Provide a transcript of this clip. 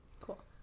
Cool